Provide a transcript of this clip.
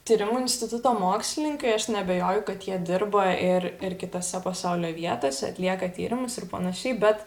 tyrimų instituto mokslininkai aš neabejoju kad jie dirba ir ir kitose pasaulio vietose atlieka tyrimus ir panašiai bet